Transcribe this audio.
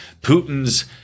Putin's